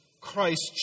Christ